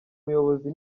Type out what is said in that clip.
muyobozi